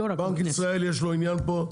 לבנק ישראל יש עניין פה?